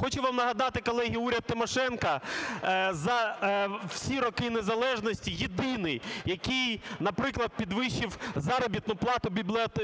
Хочу вам нагадати, колеги, уряд Тимошенко за всі роки незалежності єдиний, який, наприклад, підвищив заробітну плату